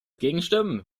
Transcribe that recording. gegenstimmen